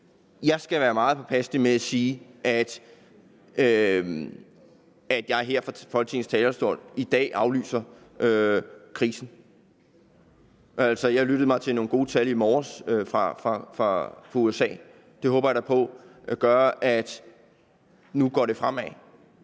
Jeg skal være meget påpasselig med at sige, at jeg her fra Folketingets talerstol i dag aflyser krisen. Altså, jeg lyttede mig til nogle gode tal i morges fra USA. Det håber jeg da på gør, at nu går det fremad.